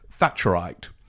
Thatcherite